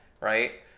Right